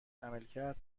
عملکرد